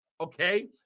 okay